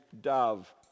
dove